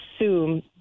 assume